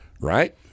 Right